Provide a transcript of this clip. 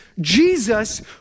Jesus